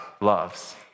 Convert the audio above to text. loves